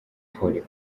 pole